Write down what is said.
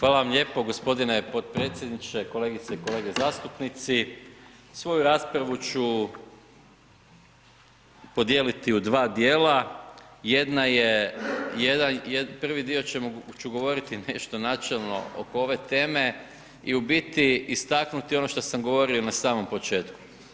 Hvala vam lijepo gospodine podpredsjedniče, kolegice i kolege zastupnici svoju raspravu ću podijeliti u dva dijela, jedna je, prvi dio ću govoriti nešto načelno oko ove teme i u biti istaknuti ono što sam govorio i na samom početku.